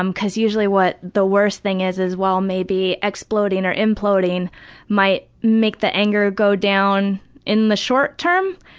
um cause usually what the worst thing is is well maybe the exploding or imploding might make the anger go down in the short term.